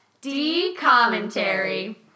D-commentary